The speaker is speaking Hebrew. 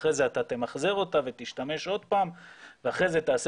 ואחרי זה אתה תמחזר אותה ותשתמש עוד פעם ואחרי זה תעשה